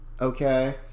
okay